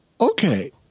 okay